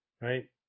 right